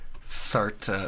Start